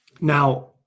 now